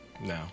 No